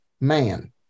man